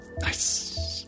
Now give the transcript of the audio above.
Nice